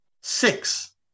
Six